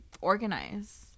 organize